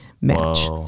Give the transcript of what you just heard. match